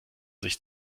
sich